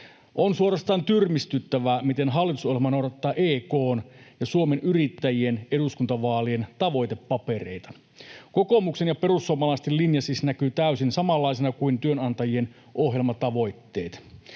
On suorastaan tyrmistyttävää, miten hallitusohjelma noudattaa EK:n ja Suomen Yrittäjien eduskuntavaalien tavoitepapereita. Kokoomuksen ja perussuomalaisten linja siis näkyy täysin samanlaisena kuin työnantajien ohjelmatavoitteet.